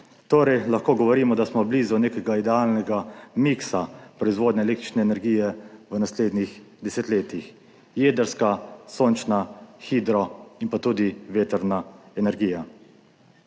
so. Lahko govorimo, da smo torej blizu nekega idealnega miksa proizvodnje električne energije v naslednjih desetletjih – jedrska, sončna, hidro in tudi vetrna energija.